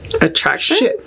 Attraction